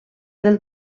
del